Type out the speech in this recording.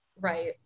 Right